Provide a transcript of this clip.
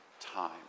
time